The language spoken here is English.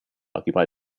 occupied